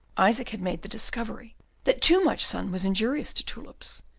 isaac had made the discovery that too much sun was injurious to tulips,